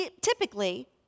typically